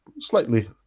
slightly